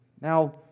Now